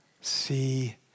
see